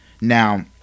Now